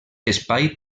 espai